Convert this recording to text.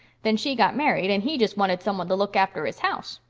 then she got married and he just wanted some one to look after his house.